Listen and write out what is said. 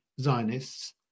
Zionists